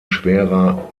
schwerer